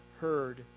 heard